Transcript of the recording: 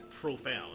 profound